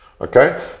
okay